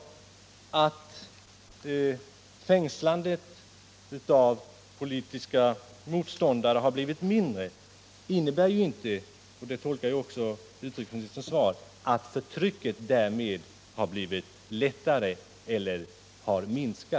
Att fängslandet av politiska motståndare fått en mindre omfattning innebär ju inte — och så tolkar jag också utrikesministerns svar — att förtrycket därmed blivit lättare.